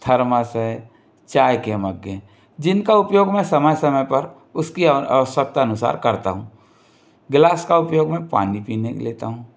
thermos है चाय के मग है जिनका उपयोग मैं समय समय पर उसकी आवश्यकता अनुसार करता हूँ ग्लास का उपयोग मैं पानी पीने में लेता हूँ